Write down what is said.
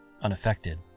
Unaffected